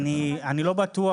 אני לא בטוח,